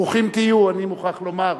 ברוכים תהיו, אני מוכרח לומר.